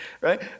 right